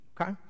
Okay